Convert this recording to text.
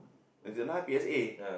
as in ah P_S_A